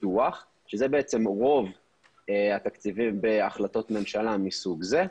פיתוח שאלה רוב התקציבים בהחלטות ממשלה מסוג זה.